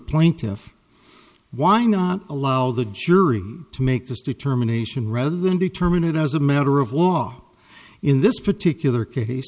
plaintiff why not allow the jury to make this determination rather than determine it as a matter of law in this particular case